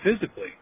physically